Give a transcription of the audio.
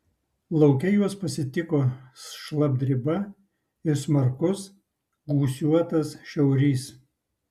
lauke juos pasitiko šlapdriba ir smarkus gūsiuotas šiaurys